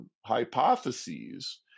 hypotheses